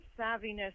savviness